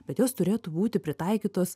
bet jos turėtų būti pritaikytos